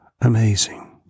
Amazing